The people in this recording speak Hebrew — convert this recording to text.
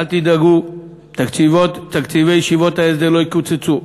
אל תדאגו: תקציבי ישיבות ההסדר לא יקוצצו.